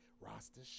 Rasta